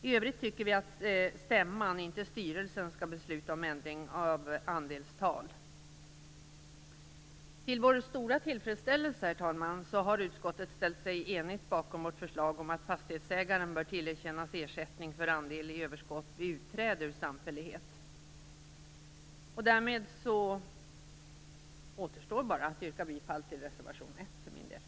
I övrigt tycker vi att stämman och inte styrelsen skall besluta om ändring av andelstal. Herr talman! Till vår stora tillfredsställelse har utskottet ställt sig enigt bakom vårt förslag om att fastighetsägaren bör tillerkännas ersättning för andel i överskott vid utträde ur samfällighet. Därmed återstår för min del bara att yrka bifall till reservation 1.